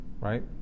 right